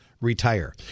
retire